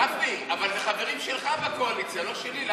גפני, אבל זה חברים שלך בקואליציה, לא שלי.